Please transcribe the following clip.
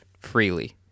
Freely